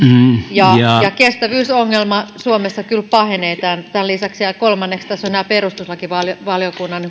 ja kestävyysongelma suomessa kyllä pahenee tämän tämän lisäksi ja kolmanneksi tässä ovat nämä perustuslakivaliokunnan